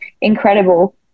incredible